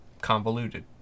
convoluted